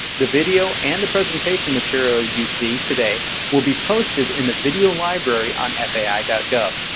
the video and the presentation material you see today will be posted in the video library on fai gov.